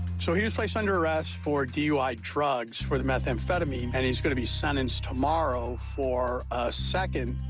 so he was placed under arrest for dui drugs, for the methamphetamine, and he's going to be sentenced tomorrow for a second,